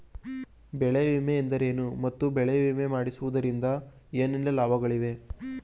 ಬೆಳೆ ವಿಮೆ ಎಂದರೇನು ಮತ್ತು ಬೆಳೆ ವಿಮೆ ಮಾಡಿಸುವುದರಿಂದ ಏನೆಲ್ಲಾ ಲಾಭಗಳಿವೆ?